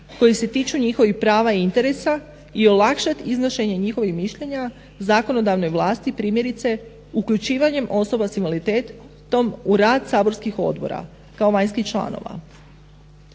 kojih se tiču njihovih prava i interesa i olakšati iznošenje njihovih mišljenja zakonodavnoj vlasti, primjerice uključivanje osoba s invaliditetom u rad saborskih odbora kao vanjskih članova.